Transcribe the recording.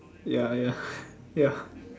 ya ya ya